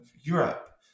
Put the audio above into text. Europe